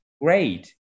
great